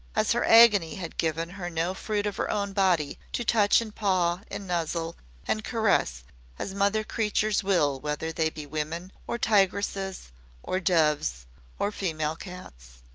as her agony had given her no fruit of her own body to touch and paw and nuzzle and caress as mother creatures will whether they be women or tigresses or doves or female cats.